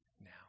now